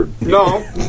no